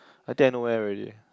I think I know where already